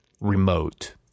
remote